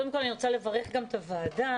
אני רוצה לברך גם את הוועדה,